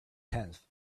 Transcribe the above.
tenth